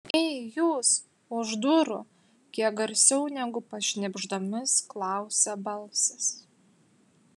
ei jūs už durų kiek garsiau negu pašnibždomis klausia balsas